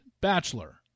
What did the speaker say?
Bachelor